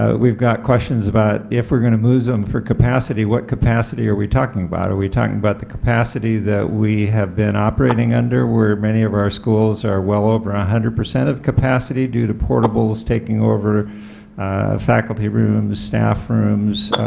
ah we have got questions about if we are going to move them for capacity, what capacity are we talking about? are we talking about the capacity that we have been operating under where many of our schools are well over one ah hundred percent of capacity due to portables, taking over faculty rooms, staff rooms,